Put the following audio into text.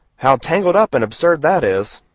how tangled up and absurd that is!